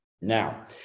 Now